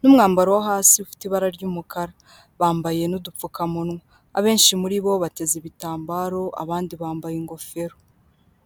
n'umwambaro wo hasi ufite ibara ry'umukara, bambaye n'udupfukamunwa abenshi muri bo bateze ibitambaro abandi bambaye ingofero.